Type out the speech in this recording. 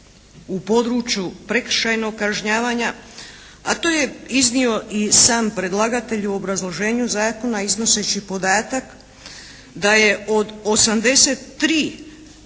u području prekršajnog kažnjavanja a to je iznio i sam predlagatelj u obrazloženju zakona iznoseći podatak da je od 83